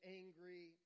angry